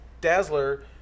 Dazzler